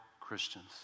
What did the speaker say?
Christians